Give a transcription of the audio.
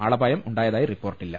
ആളപായം ഉണ്ടായതായി റിപ്പോർട്ടില്ല